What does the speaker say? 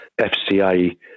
FCA